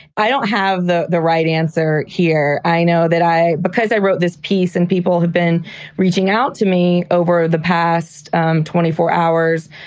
i don't have the the right answer here. i know that i because i wrote this piece and people have been reaching out to me over the past twenty four hours.